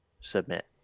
submit